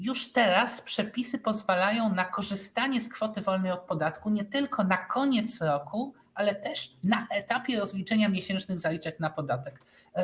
Już teraz przepisy pozwalają na korzystanie z kwoty wolnej od podatku nie tylko na koniec roku, ale też na etapie rozliczenia miesięcznych zaliczek na podatek.